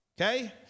Okay